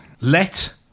Let